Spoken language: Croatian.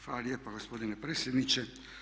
Hvala lijepa gospodine predsjedniče.